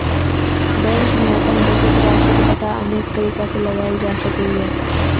bank मे अपन बचत राशिक पता अनेक तरीका सं लगाएल जा सकैए